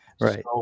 Right